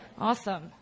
awesome